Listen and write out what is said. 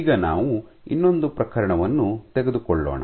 ಈಗ ನಾವು ಇನ್ನೊಂದು ಪ್ರಕರಣವನ್ನು ತೆಗೆದುಕೊಳ್ಳೋಣ